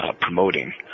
promoting